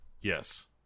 Yes